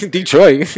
Detroit